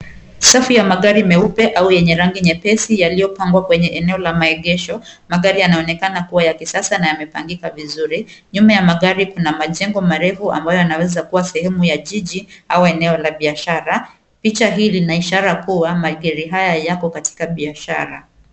Safi ya magari meupe au yenye rangi nyepesi yaliyopangwa kwenye eneo la maegesho. Magari yanaonekana kuwa ya kisasa na yamepangika vizuri. Nyuma ya magari kuna majengo marefu ambao yanaweza kuwa sehemu ya jiji au eneo la biashara. Picha hili lina ishara kuwa magari haya yako katika biashara.